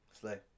Slay